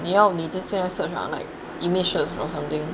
你要你就现在 search ah like image search or something